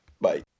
Bye